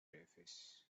davis